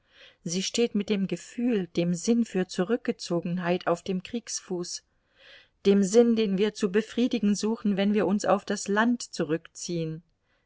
sie steht mit dem gefühl dem sinn für zurückgezogenheit auf dem kriegsfuß dem sinn den wir zu befriedigen suchen wenn wir uns auf das land zurückziehen